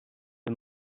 the